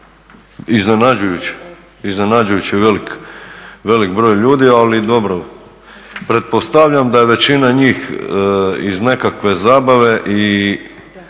iznenađujuće velik broj ljudi, ali dobro. Pretpostavljam da je većina njih iz nekakve zabave i